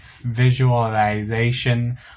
visualization